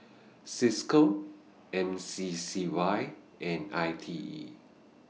CISCO M C C Y and I T E